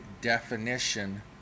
definition